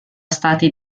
stati